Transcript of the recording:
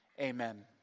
Amen